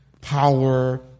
power